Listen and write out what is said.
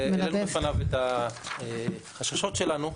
והעלנו בפניו את החששות שלנו,